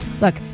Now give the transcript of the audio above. Look